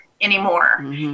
anymore